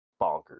bonkers